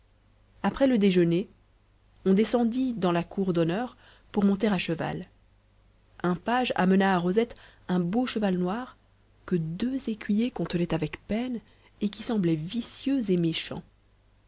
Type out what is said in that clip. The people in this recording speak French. après le déjeuner on descendit dans la cour d'honneur pour monter à cheval un page amena à rosette un beau cheval noir que deux écuyers contenaient avec peine et qui semblait vicieux et méchant